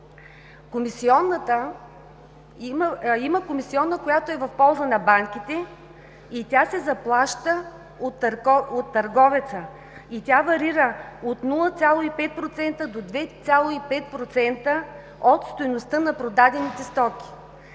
на услуги има комисионна, която е в полза на банките, и тя се заплаща от търговеца, като варира от 0,5% до 2,5% от стойността на продадените стоки,